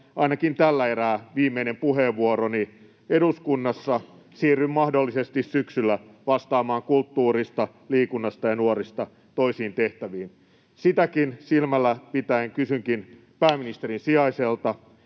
ainakin tällä erää viimeinen puheenvuoroni eduskunnassa. Siirryn mahdollisesti syksyllä vastaamaan kulttuurista, liikunnasta ja nuorista toisiin tehtäviin. Sitäkin silmällä pitäen kysynkin pääministerin sijaiselta: